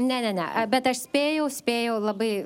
ne ne ne bet aš spėjau spėjau labai